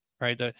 right